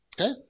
Okay